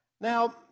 Now